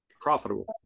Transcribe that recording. profitable